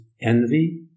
envy